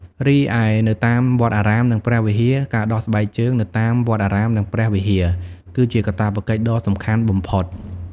រីឯនៅតាមវត្តអារាម និងព្រះវិហារ ការដោះស្បែកជើងនៅតាមវត្តអារាមនិងព្រះវិហារគឺជាកាតព្វកិច្ចដ៏សំខាន់បំផុត។